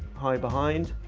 high behind,